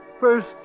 First